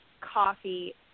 coffee